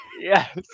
Yes